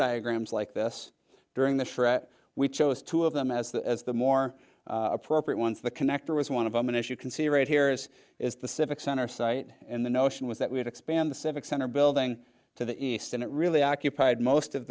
diagrams like this during the show we chose two of them as the as the more appropriate ones the connector was one of them and as you can see right here this is the civic center site and the notion was that we would expand the civic center building to the east and it really occupied most of